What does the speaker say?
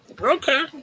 okay